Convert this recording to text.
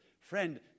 Friend